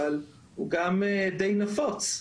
אבל הוא גם די נפוץ.